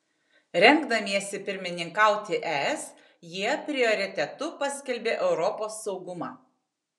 rengdamiesi pirmininkauti es jie prioritetu paskelbė europos saugumą